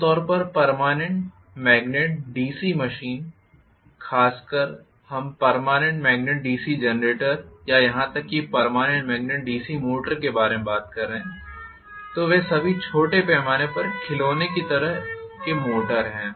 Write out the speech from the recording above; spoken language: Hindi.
आम तौर पर पर्मानेंट मेग्नेट डीसी मशीन खासकर अगर हम पर्मानेंट मेग्नेट डीसी जनरेटर या यहां तक कि पर्मानेंट मेग्नेट डीसी मोटर के बारे में बात कर रहे हैं तो वे सभी छोटे पैमाने पर खिलौने की तरह के मोटर हैं